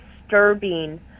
disturbing